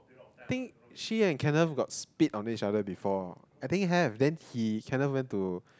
think she and Kenneth got split on each other before I think have then he Kenneth went to